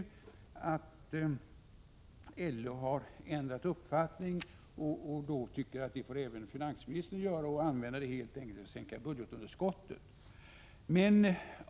Jag trodde att LO hade ändrat uppfattning och tyckte att även finansministern fick lov att göra det och helt enkelt använda engångsskatten till att sänka budgetunderskottet.